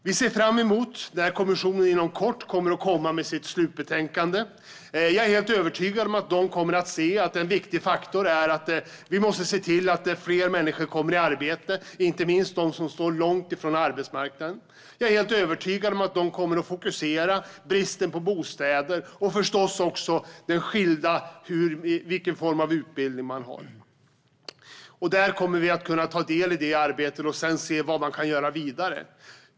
Vi ser fram emot när kommissionen inom kort kommer med sitt slutbetänkande. Jag är helt övertygad om att den kommer att se att en viktig faktor är att vi måste se till att fler människor kommer i arbete och inte minst de som står långt från arbetsmarknaden. Jag är helt övertygad om att den kommer att fokusera på bristen på bostäder och förstås också skillnaderna i den form av utbildning människor har. Vi kommer att kunna ta del av det arbetet och sedan se vad man kan göra vidare.